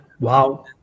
Wow